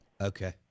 Okay